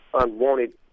unwanted